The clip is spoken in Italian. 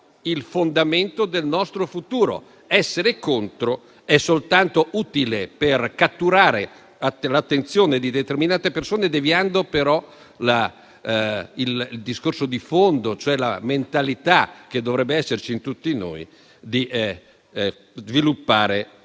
il fondamento del nostro futuro. Essere contro è soltanto utile per catturare l'attenzione di determinate persone deviando però il discorso di fondo, cioè la mentalità che dovrebbe esserci in tutti noi di sviluppare una